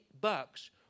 bucks